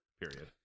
Period